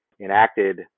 enacted